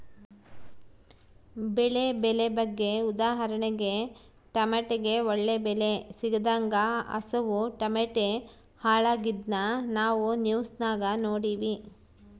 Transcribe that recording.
ಬೆಳೆ ಬೆಲೆ ಬಗ್ಗೆ ಉದಾಹರಣೆಗೆ ಟಮಟೆಗೆ ಒಳ್ಳೆ ಬೆಲೆ ಸಿಗದಂಗ ಅವುಸು ಟಮಟೆ ಹಾಳಾಗಿದ್ನ ನಾವು ನ್ಯೂಸ್ನಾಗ ನೋಡಿವಿ